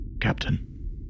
Captain